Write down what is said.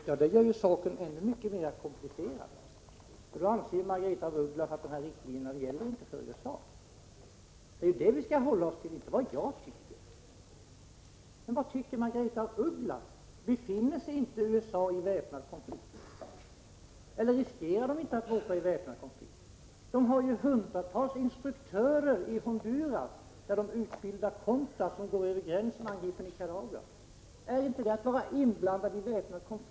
Herr talman! Detta gör saken ännu mera komplicerad. Margaretha af Ugglas anser att dessa riktlinjer inte gäller för USA, och vi skall hålla oss till det, inte till vad jag tycker. Men vad tycker Margaretha af Ugglas? Befinner sig inte USA i väpnad konflikt, eller riskerar inte USA att råka i väpnad konflikt? USA har ju hundratals inspektörer i Honduras där man utbildar contras som går över gränsen och angriper Nicaragua — är inte det att vara inblandad i väpnad konflikt?